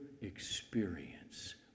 experience